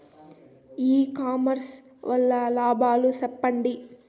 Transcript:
ఇ commerce వల్ల లాభాలు సెప్పండి?